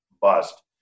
bust